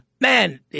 Man